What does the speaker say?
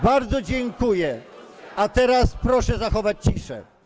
Bardzo dziękuję, a teraz proszę zachować ciszę.